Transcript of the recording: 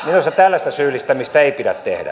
minusta tällaista syyllistämistä ei pidä tehdä